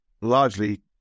largely